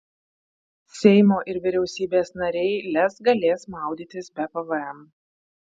seimo ir vyriausybės nariai lez galės maudytis be pvm